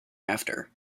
after